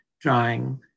drawing